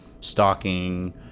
stalking